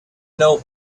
know